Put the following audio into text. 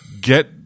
get